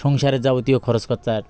সংসারে যাবতীয় খরচ কত